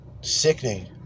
sickening